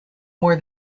more